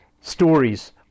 stories